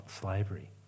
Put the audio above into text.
slavery